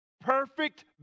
perfect